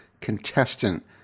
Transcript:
contestant